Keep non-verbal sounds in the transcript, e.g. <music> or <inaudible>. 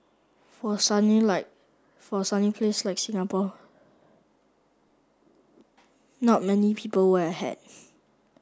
for a sunny like for a sunny place like Singapore not many people wear a hat <noise>